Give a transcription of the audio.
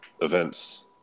events